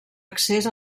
accés